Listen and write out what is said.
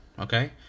Okay